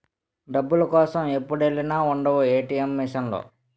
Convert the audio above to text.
డబ్బుల కోసం ఎప్పుడెల్లినా ఉండవు ఏ.టి.ఎం మిసన్ లో